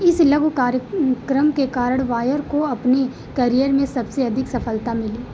इस लघु कार्यक्रम के कारण वायर को अपनी करियर में सबसे अधिक सफलता मिली